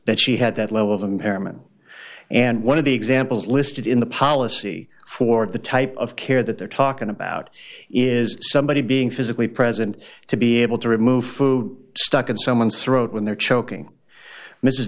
that she had that level of impairment and one of the examples listed in the policy for the type of care that they're talking about is somebody being physically present to be able to remove food stuck in someone's throat when they're choking mrs